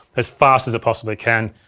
as fast as it possibly can,